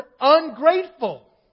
ungrateful